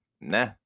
Nah